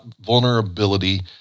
vulnerability